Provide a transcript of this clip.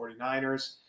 49ers